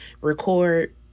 record